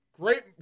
Great